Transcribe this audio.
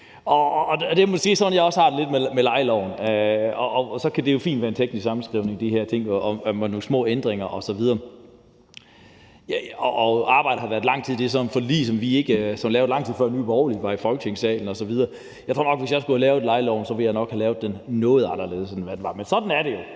Det er lidt sådan, jeg har det med lejeloven, og så kan det her jo fint være en teknisk sammenskrivning med nogle små ændringer osv. Arbejdet har taget lang tid, og det er så et forlig, der er blevet indgået, lang tid før Nye Borgerlige kom i Folketinget. Jeg tror, at hvis jeg skulle have lavet lejeloven, ville jeg nok have lavet den noget anderledes, end den